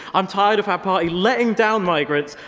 i'm tired of our party letting down migrants,